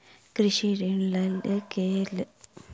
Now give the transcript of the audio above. कृषि ऋण लय केँ लेल कोनों योग्यता चाहि की कोनो लय सकै है?